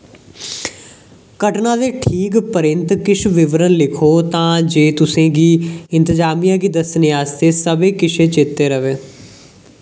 घटना दे ठीक परैंत्त किश विवरण लिखो तां जे तुसें गी इंतजामिया गी दस्सने आस्तै सब्भै किश चेतै र'वै